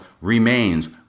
remains